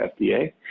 FDA